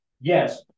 yes